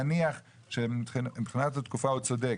נניח שמבחינת התקופה הוא צודק,